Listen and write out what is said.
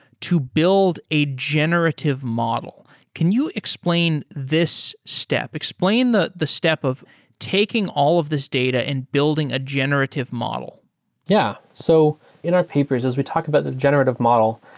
to build a generative model. can you explain this step? explain that the step of taking all of this data and building a generative model yeah. so in our papers is we talk about the generative model.